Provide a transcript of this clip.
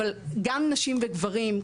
אבל גם נשים וגברים,